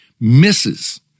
misses